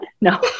no